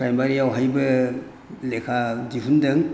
प्राइमारियावहायबो लेखा दिहुन्दों